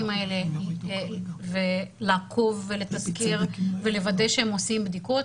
האלה ולעקוב ולוודא שהם עושים בדיקות,